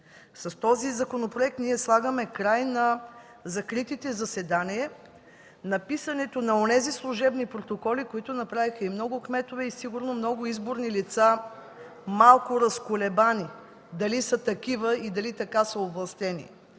С този проект ние слагаме край на закритите заседания, на писането на онези служебни протоколи, които направиха много кметове и сигурно много изборни лица малко разколебани – дали са такива и дали така са овластени.